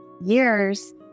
years